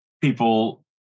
people